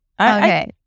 Okay